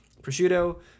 prosciutto